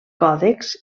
còdex